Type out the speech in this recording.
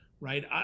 right